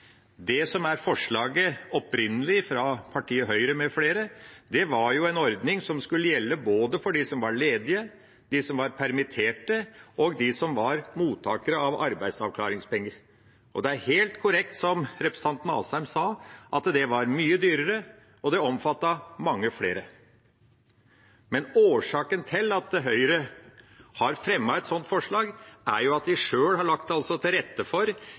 Det som opprinnelig var forslaget fra partiet Høyre med flere, var en ordning som skulle gjelde for både dem som var ledige, dem som var permitterte, og dem som var mottakere av arbeidsavklaringspenger. Det er helt korrekt som representanten Asheim sa, at det var mye dyrere og omfattet mange flere. Årsaken til at Høyre har fremmet et sånt forslag, er jo at de sjøl har lagt til rette for